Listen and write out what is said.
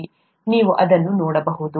ನೀವು ಅದನ್ನು ನೋಡಬಹುದು